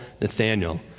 Nathaniel